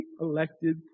elected